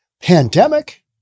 pandemic